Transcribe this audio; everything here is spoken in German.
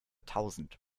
tausend